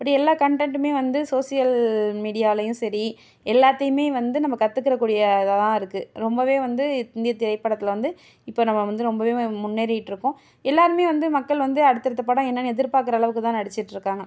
இப்படி எல்லா கன்டெண்ட்டுமே வந்து சோசியல் மீடியாலேயும் சரி எல்லாத்தையுமே வந்து நம்ம கற்றுக்கிற கூடிய இதாக தான் இருக்குது ரொம்பவே வந்து இந்திய திரைப்படத்தில் வந்து இப்போ நம்ம வந்து ரொம்பவே முன்னேறிட்ருக்கோம் எல்லோருமே வந்து மக்கள் வந்து அடுத்த அடுத்த படம் என்னென்னு எதிர்பார்க்குற அளவுக்கு தான் நடிச்சுட்ருக்காங்க